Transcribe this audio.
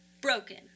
broken